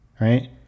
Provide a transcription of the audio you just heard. Right